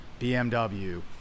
BMW